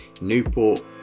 Newport